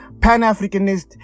pan-Africanist